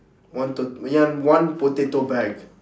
one tot~ ya one potato bag